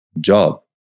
job